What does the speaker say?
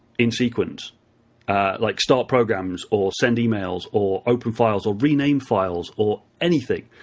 in sequence like start programs, or send emails, or open files, or rename files, or anything.